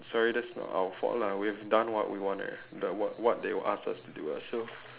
sorry that's not out fault lah we have done what we want eh the work what they asked us to do [what] so